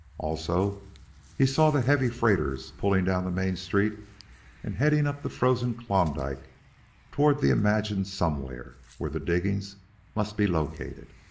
also he saw the heavy freighters pulling down the main street and heading up the frozen klondike toward the imagined somewhere where the diggings must be located.